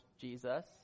Jesus